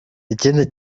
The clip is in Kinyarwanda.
ikindi